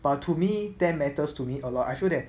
but to me ten matters to me a lot I feel that